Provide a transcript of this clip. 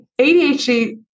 ADHD